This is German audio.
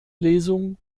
lesung